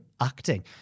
acting